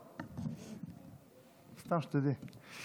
סתם, שתדעי.